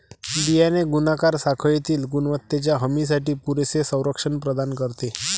बियाणे गुणाकार साखळीतील गुणवत्तेच्या हमीसाठी पुरेसे संरक्षण प्रदान करते